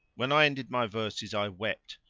when i ended my verses i wept,